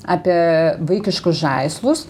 apie vaikiškus žaislus